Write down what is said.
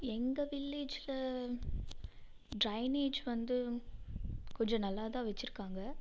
எங்கள் வில்லேஜில் டிரைனேஜ் வந்து கொஞ்சம் நல்லா தான் வச்சிருக்காங்க